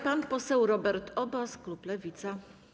Pan poseł Robert Obaz, klub Lewica.